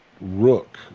rook